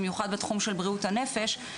במיוחד בתחום של בריאות הנפש,